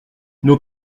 nos